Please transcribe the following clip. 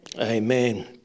amen